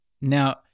Now